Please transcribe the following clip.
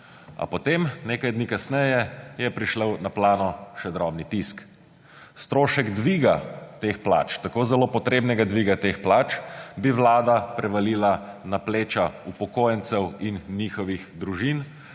A potem, nekaj dni kasneje, je prišel na plano še drobni tisk. Strošek dviga teh plač, tako zelo potrebnega dviga teh plač, bi Vlada prevalila na pleča upokojencev in njihovih družin